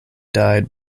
died